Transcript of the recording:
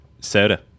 soda